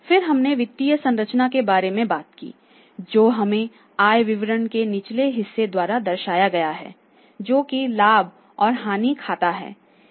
और फिर हमने वित्तीय संरचना के बारे में बात की जो हमें आय विवरण के निचले हिस्से द्वारा दर्शाया गया है जो कि लाभ और हानि खाता है